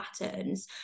patterns